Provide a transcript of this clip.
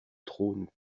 trône